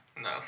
No